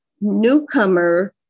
newcomer